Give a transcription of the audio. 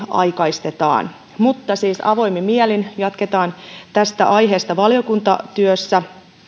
aikaistetaan mutta siis avoimin mielin jatketaan tästä aiheesta valiokuntatyössä